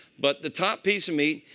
but the top piece of meat,